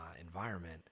environment